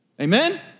Amen